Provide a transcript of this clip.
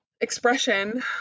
expression